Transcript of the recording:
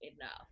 enough